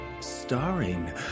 Starring